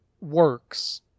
works